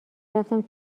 رفتم